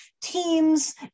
teams